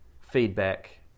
feedback